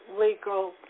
legal